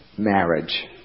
Marriage